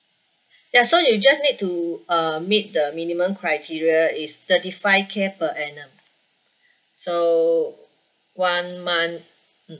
ya so you just need to um meet the minimum criteria is thirty five K per annum so one month mm